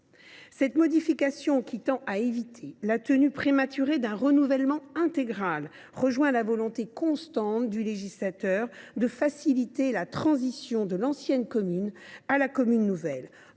Cette modification, qui tend à éviter un renouvellement intégral prématuré, rejoint la volonté constante du législateur de faciliter la transition de l’ancienne commune vers la commune nouvelle,